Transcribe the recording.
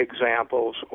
examples